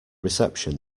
reception